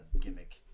gimmick